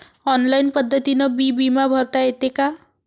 Online पद्धतीनं बी बिमा भरता येते का?